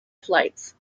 flights